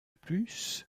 plus